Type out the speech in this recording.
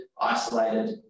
isolated